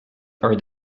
are